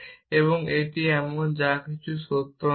এবং এটি এমন কিছু যা সত্য নয়